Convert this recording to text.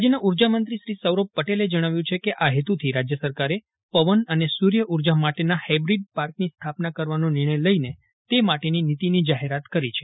રાજ્યના ઉર્જા મંત્રી સૌરભ પટેલે જજ્ઞાવ્યું છે કે આ હેતુથી રાજ્ય સરકારે પવન અને સૂર્ય ઊર્જા માટેના હાઈબ્રીડ પાર્કની સ્થાપના કરવાનો નિર્જાય લઈને તે માટેની નીતિની જાહેરાત કરી છે